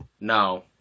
No